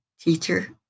teacher